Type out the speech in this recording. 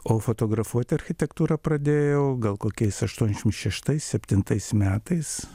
o fotografuoti architektūrą pradėjau gal kokiais aštuoniašim šeštais septintais metais